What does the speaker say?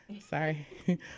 sorry